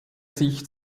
sich